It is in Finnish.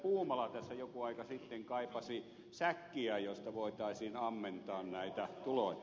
puumala tässä joku aika sitten kaipasi säkkiä josta voitaisiin ammentaa näitä tuloja